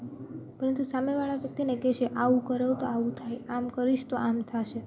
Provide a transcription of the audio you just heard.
પરંતુ સામેવાળા વ્યક્તિને કહેશે આવું કરો તો આવું થાય આમ કરીશ તો આમ થશે